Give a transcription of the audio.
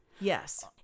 yes